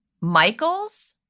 Michael's